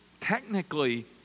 technically